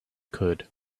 could